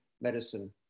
medicine